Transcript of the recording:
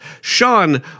Sean